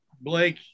Blake